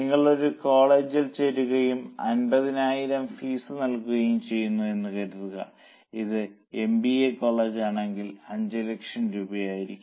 നിങ്ങൾ ഒരു കോളേജിൽ ചേരുകയും 50000 ഫീസ് നൽകുകയും ചെയ്യുന്നു എന്ന് കരുതുക അത് എംബിഎ കോളേജാണെങ്കിൽ 5 ലക്ഷം രൂപയായിരിക്കാം